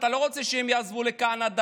אתה לא רוצה שהם יעזבו לקנדה,